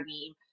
game